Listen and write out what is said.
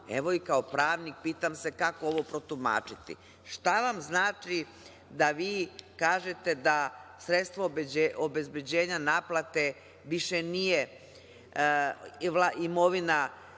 evo i kao pravnik, pitam se kako ovo protumačiti. Šta vam znači da vi kažete da sredstvo obezbeđenja naplate više nije imovina